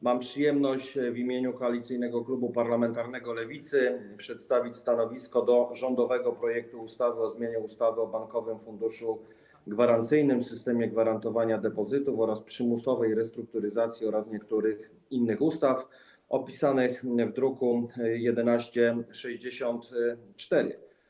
Mam przyjemność w imieniu Koalicyjnego Klubu Parlamentarnego Lewicy przedstawić stanowisko odnośnie do rządowego projektu ustawy o zmianie ustawy o Bankowym Funduszu Gwarancyjnym, systemie gwarantowania depozytów oraz przymusowej restrukturyzacji oraz niektórych innych ustaw opisanych w druku nr 1164.